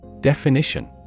Definition